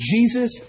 Jesus